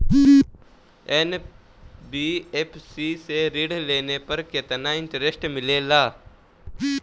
NBFC से ऋण लेने पर केतना इंटरेस्ट मिलेला?